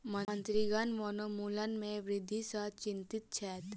मंत्रीगण वनोन्मूलन में वृद्धि सॅ चिंतित छैथ